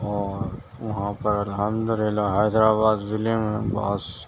اور وہاں پر الحمدللہ حیدر آباد ضلعے میں بہت